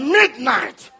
midnight